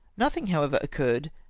nothing, however, occurred,